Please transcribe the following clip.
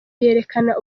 yerekana